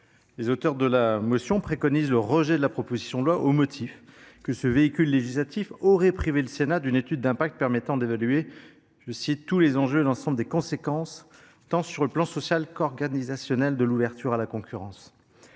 les auteurs de la motion préconisent le rejet de la proposition de loi au motif que le choix de ce véhicule législatif aurait privé le Sénat d’une étude d’impact permettant d’évaluer « tous les enjeux et l’ensemble des conséquences tant sur le plan social qu’organisationnel de l’ouverture à la concurrence